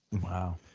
Wow